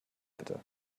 bitte